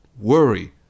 worry